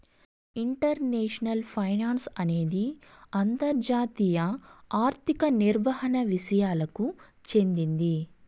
international finance అనేది అంతర్జాతీయ ఆర్థిక నిర్వహణ విసయాలకు చెందింది